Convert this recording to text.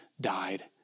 died